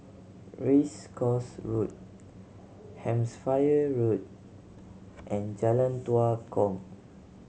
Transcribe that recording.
Race Course Road Hampshire Road and Jalan Tua Kong